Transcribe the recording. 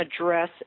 address